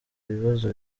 ibibazo